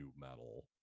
metal